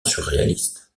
surréaliste